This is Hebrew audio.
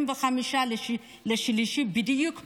25 במרץ, בדיוק חודש,